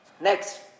Next